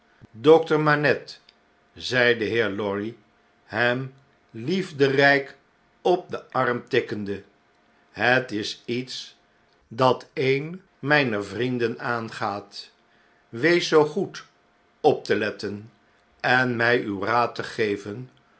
dokter manette zei de heer lorry hem in londen en parijs liefderyk op den arm tikkende hetisietsdat een myner vrienden aangaat wees zoo goed op te letten en my uw raad te geven